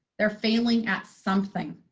they're failing at something.